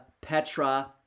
Petra